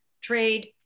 trade